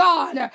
God